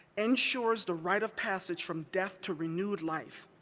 ensures the rite of passage from death to renewed life.